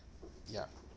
ya